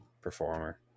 performer